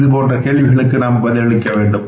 இது போன்ற கேள்விகளுக்கு நாம் பதிலளிக்க வேண்டும்